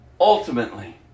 ultimately